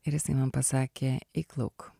ir jisai man pasakė eik lauk